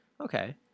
Okay